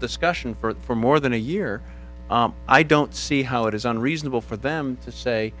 discussion for more than a year i don't see how it is unreasonable for them to say